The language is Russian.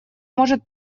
может